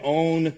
own